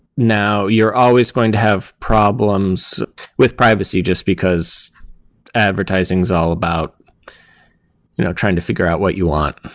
now, you're always going to have problems with privacy just because advertising is all about you know trying to figure out what you want.